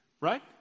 right